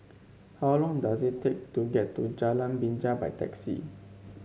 how long does it take to get to Jalan Binja by taxi